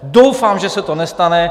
Doufám, že se to nestane.